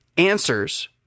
answers